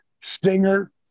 Stinger